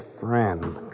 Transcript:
friend